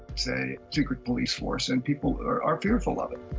it's a secret police force, and people are are fearful of it.